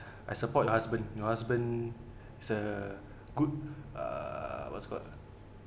I support your husband your husband is uh good uh what's called